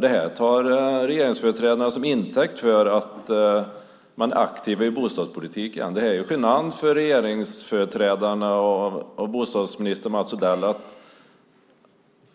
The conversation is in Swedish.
Det här tar regeringsföreträdarna som intäkt för att man är aktiv i bostadspolitiken. Det är ju genant för regeringsföreträdarna och bostadsminister Mats Odell